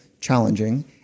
challenging